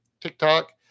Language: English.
TikTok